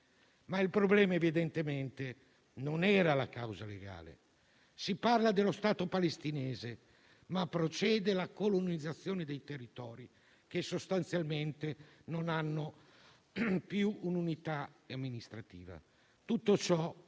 Il problema però, evidentemente, non era la causa legale. Si parla dello Stato palestinese, ma procede la colonizzazione dei territori che sostanzialmente non hanno più un'unità amministrativa. Tutto ciò